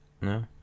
No